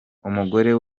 umugore